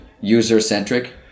user-centric